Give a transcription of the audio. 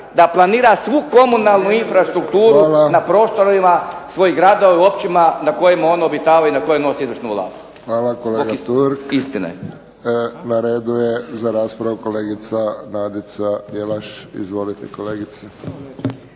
da planira svu komunalnu infrastrukturu na prostorima svojih gradova i u općinama na kojima oni obitavaju i na kojima nose izvršnu vlast. **Friščić, Josip (HSS)** Hvala kolega Turk. Na redu je za raspravu kolegica Nadica Jelaš. Izvolite kolegice.